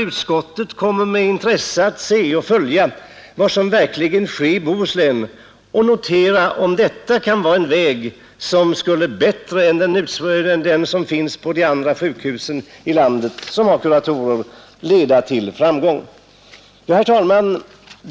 Utskottet kommer att med intresse följa vad som sker i Bohuslän och notera om detta kan vara en väg som leder till bättre framgång än att ha kuratorer, som på de andra sjukhusen.